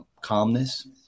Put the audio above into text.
calmness